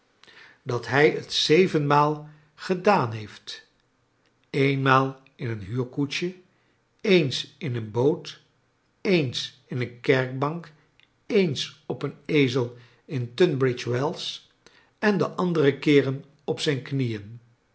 dat hij t zeven maal gedaan heeft eenmaal in een huurkoetsje eens in een boot eens in een kerkbank eens op een ezel in tunbridge wells en de andere keeren op zijn knieen